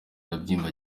abyimba